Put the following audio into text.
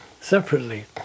separately